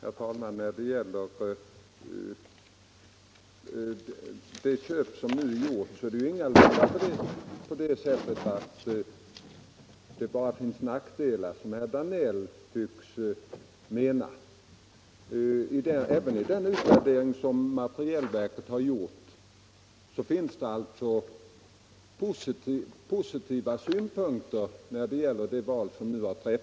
Herr talman! Det köp som nu är gjort har ingalunda bara nackdelar, som herr Danell tycks mena. Även i den utvärdering som materielverket Nr 30 har gjort finns positiva synpunkter när det gäller det val som har träffats.